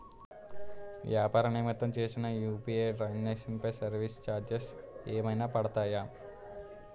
వ్యాపార నిమిత్తం చేసిన యు.పి.ఐ ట్రాన్ సాంక్షన్ పై సర్వీస్ చార్జెస్ ఏమైనా పడతాయా?